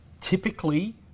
Typically